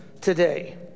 today